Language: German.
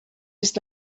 ist